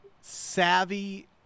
savvy